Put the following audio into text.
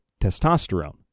testosterone